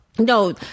No